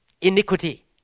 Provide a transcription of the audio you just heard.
Iniquity